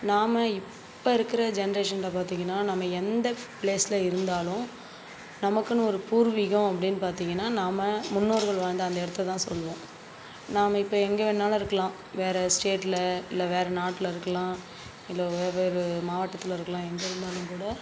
நாம இப்போ இருக்கிற ஜெனரேஷன்ல பார்த்திங்கன்னா நம்ம எந்த பிளேஸில் இருந்தாலும் நமக்குன்னு ஒரு பூர்வீகம் அப்படின்னு பார்த்திங்கன்னா நம்ம முன்னோர்கள் வாழ்ந்த அந்த இடத்தை தான் சொல்வோம் நாம இப்போ எங்கே வேணுனாலும் இருக்கலாம் வேறு ஸ்டேட்டில் இல்லை வேறு நாட்டில் இருக்கலாம் இல்லை வெவ்வேறு மாவட்டத்தில் இருக்கலாம் எங்கே இருந்தாலும் கூட